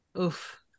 Oof